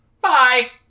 Bye